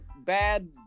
bad